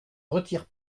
retire